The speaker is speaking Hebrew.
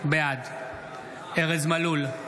בעד ארז מלול,